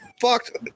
fucked